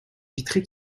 vitrées